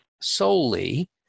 solely